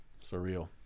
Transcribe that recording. surreal